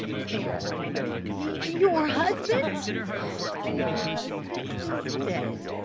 stammered the woman, your husband my husband is dead,